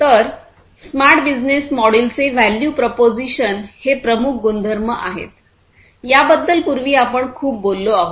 तर smart business मॉडेलचे value proposition हे प्रमुख गुणधर्म आहे याबद्दल पूर्वी आपण खूप बोललो आहोत